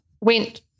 went